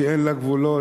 שאין לה גבולות,